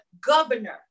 governor